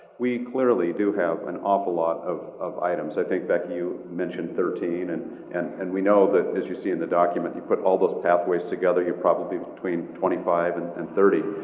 we clearly do have an awful lot of of items, i think that you you mentioned thirteen. and and and we know that as you see in the document, you put all those pathways together, you're probably between twenty five and and thirty.